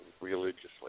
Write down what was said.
religiously